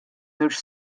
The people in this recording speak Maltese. żewġ